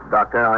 Doctor